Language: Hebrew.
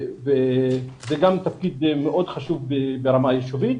שגם זה תפקיד מאוד חשוב ברמה היישובית.